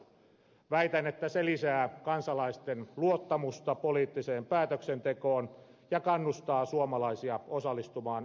väitän että se lisää kansalaisten luottamusta poliittiseen päätöksentekoon ja kannustaa suomalaisia osallistumaan yhteiskunnalliseen keskusteluun